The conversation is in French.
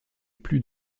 plus